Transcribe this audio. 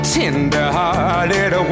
tender-hearted